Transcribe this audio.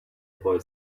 boy